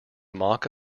mock